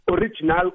original